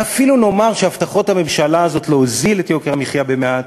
ואפילו נאמר שהבטחות הממשלה הזאת להוזיל את יוקר המחיה במעט,